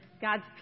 God's